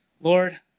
Lord